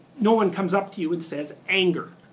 no one comes up to you and says anger.